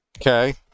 Okay